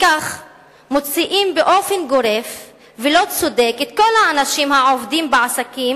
כך מוציאים באופן גורף ולא צודק את כל האנשים העובדים בעסקים